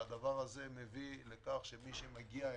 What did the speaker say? והדבר הזה מביא לכך שמי שמגיע הנה,